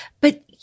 but-